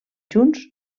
junts